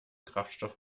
kraftstoff